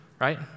right